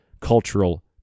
cultural